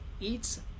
eats